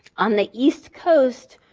on the east coast,